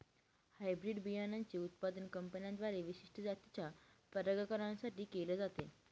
hybrid बियाणांचे उत्पादन कंपन्यांद्वारे विशिष्ट जातीच्या परागकणां साठी केले जाते